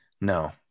No